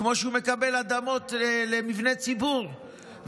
כמו שהוא מקבל אדמות למבני ציבור,